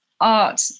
art